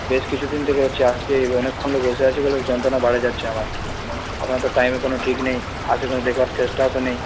বেশ কিছু দিন থেকে হচ্ছে আজকে অনেকক্ষণ ধরে বসে আছি বলে যন্ত্রণা বেড়ে যাচ্ছে আমার আপনার তো টাইমের কোনও ঠিক নেই আসে কোনও দেখবার চেষ্টাও তো নেই